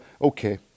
okay